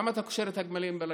למה אתה קושר את הגמלים ברגליים?